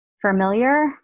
familiar